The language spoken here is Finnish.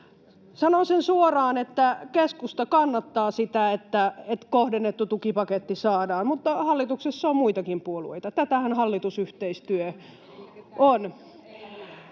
Sanon sen suoraan, että keskusta kannattaa sitä, että kohdennettu tukipaketti saadaan, mutta hallituksessa on muitakin puolueita. Tätähän hallitusyhteistyö on.